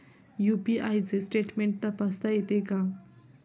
UPI चे statement तपासता येते का?